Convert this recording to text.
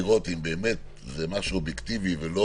לראות אם זה באמת משהו אובייקטיבי ולא